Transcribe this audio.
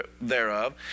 thereof